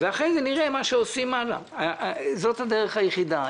ואחרי זה נראה מה עושים הלאה, זאת הדרך היחידה.